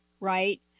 right